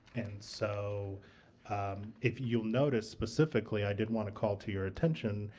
and so if you'll notice specifically, i did want to call to your attention